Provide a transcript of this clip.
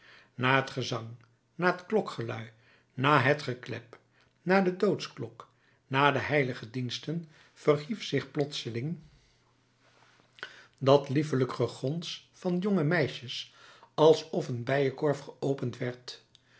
na het gezang na het klokgelui na het geklep na de doodsklok na de heilige diensten verhief zich plotseling dat liefelijk gegons van jonge meisjes alsof een bijenkorf geopend werd